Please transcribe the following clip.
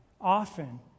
often